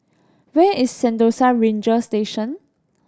where is Sentosa Ranger Station